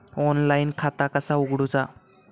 Online खाता कसा उगडूचा?